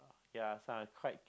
ya quite